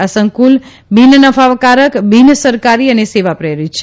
આ સંકુલ બીનનફાકારક બિન સરકારી અને સેવા પ્રેરીત છે